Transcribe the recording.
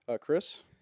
Chris